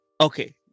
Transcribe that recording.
Okay